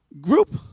group